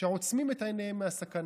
שעוצמים את עיניהם מהסכנה,